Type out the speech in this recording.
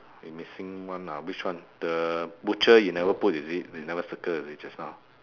we missing one ah which one the butcher you never put is it you never circle is it just now